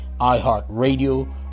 iHeartRadio